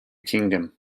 kingdom